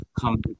come